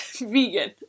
Vegan